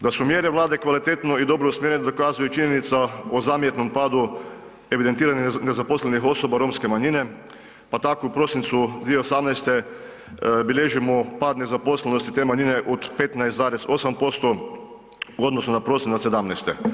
Da su mjere Vlade kvalitetno i dobro usmjerene dokazuje i činjenica o zamjetnom padu evidentiranih nezaposlenih osoba romske manjine, pa tako u prosincu 2018. bilježimo pad nezaposlenosti te manjine od 15,8% u odnosu na prosinac '17.